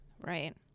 right